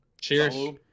Cheers